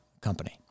company